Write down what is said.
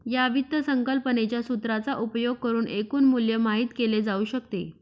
या वित्त संकल्पनेच्या सूत्राचा उपयोग करुन एकूण मूल्य माहित केले जाऊ शकते